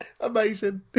Amazing